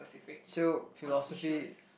so philosophy